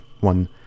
one